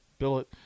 Billet